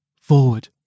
Forward